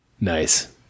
Nice